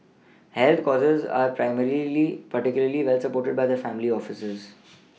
health causes are primarily particularly well supported by the family offices